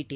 T